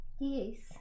Yes